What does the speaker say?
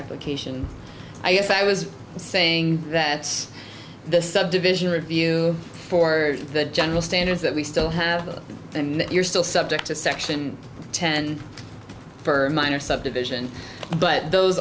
application i guess i was saying that's the subdivision review for the general standards that we still have then you're still subject to say action ten per minor subdivision but those